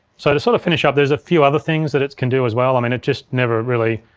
so to sort of finish up, there's a few other things that it can do as well. i mean, it just never really,